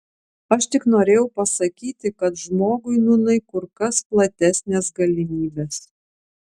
aš tik norėjau pasakyti kad žmogui nūnai kur kas platesnės galimybės